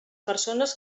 persones